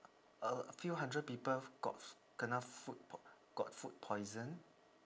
uh a few hundred people got f~ kena food p~ got food poisoned